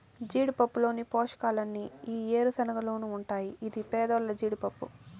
జీడిపప్పులోని పోషకాలన్నీ ఈ ఏరుశనగలోనూ ఉంటాయి ఇది పేదోల్ల జీడిపప్పు